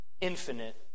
infinite